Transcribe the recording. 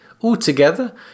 Altogether